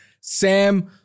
Sam